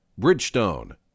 Bridgestone